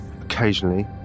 Occasionally